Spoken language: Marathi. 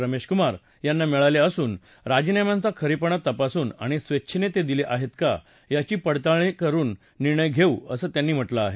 रमेश क्मार यांना मिळाले असून राजीनाम्यांचा खरेपण तपासून आणि स्वेच्छेनं ते दिले आहेत का त्याची पडताळीण करुन निर्णय घेऊ असं त्यांनी म्हटलं आहे